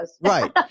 Right